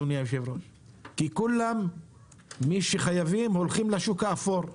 כי מי שחייבים הולכים לשוק האפור,